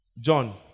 John